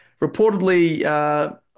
reportedly